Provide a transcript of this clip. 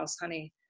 honey